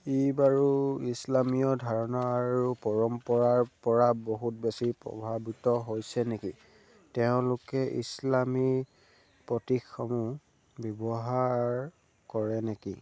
ই বাৰু ইছলামীয় ধাৰণা আৰু পৰম্পৰাৰ পৰা বহুত বেছি প্ৰভাৱিত হৈছে নেকি তেওঁলোকে ইছলামী প্ৰতীকসমূহ ব্যৱহাৰ কৰে নেকি